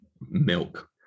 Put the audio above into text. milk